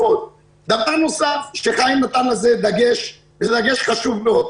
דבר נוסף שחיים ביבס נתן לו דגש הוא דגש חשוב מאוד.